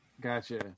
Gotcha